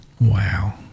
Wow